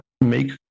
make